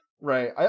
Right